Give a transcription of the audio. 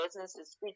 businesses